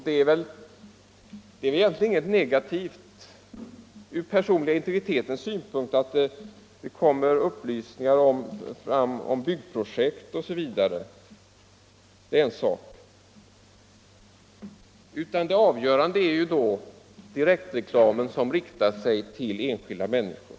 Det är egentligen inte något negativt ur den personliga integritetens synpunkt att det kommer fram upplysningar om byggprojekt osv. Det avgörande är sådan direktreklam som riktar sig till enskilda människor.